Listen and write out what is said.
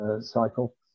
cycle